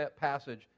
passage